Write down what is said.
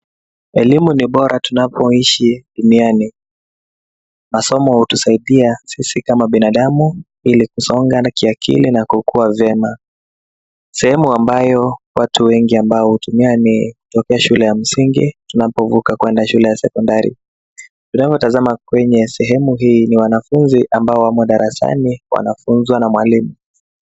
Elimu ni bora tunapoishi duniani. Masomo hutusaidia sisi kama binadamu ili kusonga na kiakili na kukuwa vyema. Sehemu ambayo watu wengi hutumia ni kutokea shule ya msingi tunapovuka kwenda shule ya sekondari. Tunapotazama kwenye sehemu hii ni wanafunzi ambao wamo darasani, wanafunzwa na mwalimu.